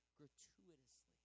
gratuitously